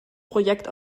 projekt